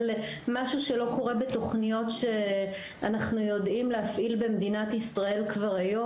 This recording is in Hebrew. או משהו שאני שאנחנו לא יודעים להפעיל בתוכניות במדינת ישראל כבר היום.